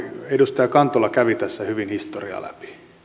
edustaja kantola kävi tässä hyvin historiaa läpi